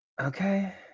Okay